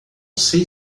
sei